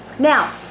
Now